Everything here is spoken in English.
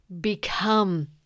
become